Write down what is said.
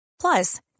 Plus